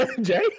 Jay